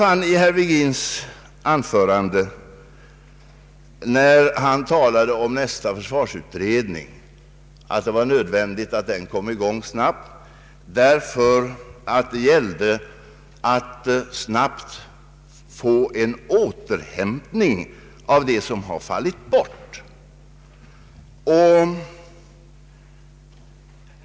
Jag fäste mig vid att herr Virgin i sitt anförande talade om att det var nödvändigt att nästa försvarsutredning kom i gång med det snaraste, därför att det gällde att snabbt åstadkomma en återhämtning av vad som fallit bort.